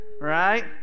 Right